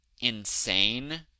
Insane